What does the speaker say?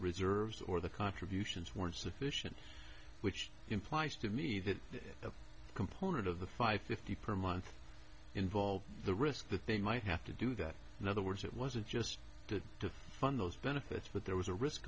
reserves or the contributions were insufficient which implies to me that a component of the five fifty per month involved the risk the thing might have to do that in other words it wasn't just good to fund those benefits but there was a risk